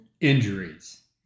injuries